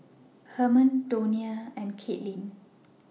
Herman Donia and Kaitlin